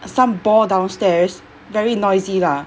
some ball downstairs very noisy lah